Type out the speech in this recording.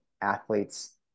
athletes